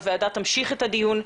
הוועדה תמשיך את הדיון,